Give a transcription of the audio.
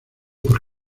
por